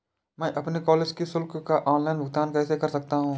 मैं अपने कॉलेज की शुल्क का ऑनलाइन भुगतान कैसे कर सकता हूँ?